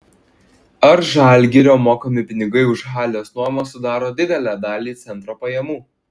ar žalgirio mokami pinigai už halės nuomą sudaro didelę dalį centro pajamų